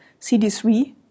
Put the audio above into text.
CD3